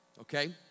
Okay